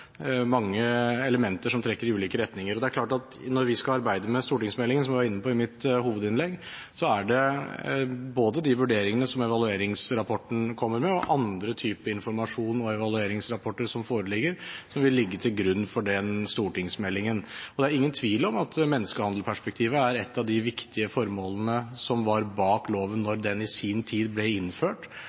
mange elementer som trekker i ulike retninger. Det er klart at når vi skal arbeide med stortingsmeldingen som jeg var inne på i mitt hovedinnlegg, er det både de vurderingene som evalueringsrapporten kommer med, andre typer informasjon og andre evalueringsrapporter som foreligger, som vil ligge til grunn for stortingsmeldingen. Det er ingen tvil om at menneskehandelperspektivet var et av de viktige formålene bak loven da den i sin tid ble innført,